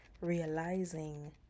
Realizing